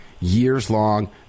years-long